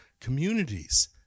communities